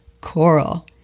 Coral